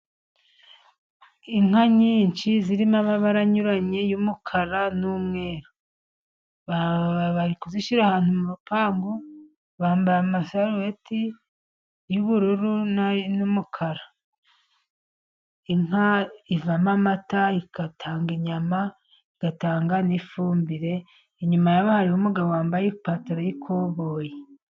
Inka nyinshi zirimo amabara anyuranye y'umukara n'umweru. Bari kuzishyira ahantu mu rupangu, bambaye amasarubeti y'ubururu n'umukara. Inka ivamo amata igatanga inyama, igatanga n'ifumbire. Inyuma yabo hariho umugabo wambaye ipantaro y'ikoboyi.